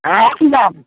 হ্যাঁ একই দাম